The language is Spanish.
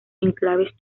enclaves